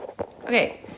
Okay